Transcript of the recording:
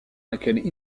laquelle